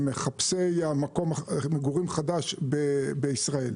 ומחפשי מקום מגורים חדש בישראל.